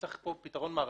שצריך פה פתרון מערכתי.